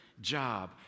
job